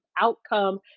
outcome